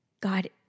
God